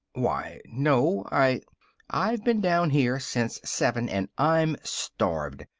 why, no i i've been down here since seven, and i'm starved.